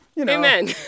Amen